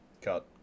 Cut